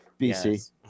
BC